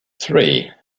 three